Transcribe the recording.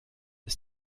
ist